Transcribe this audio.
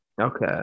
Okay